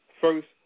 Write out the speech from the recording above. First